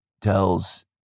tells